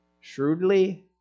Shrewdly